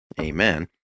amen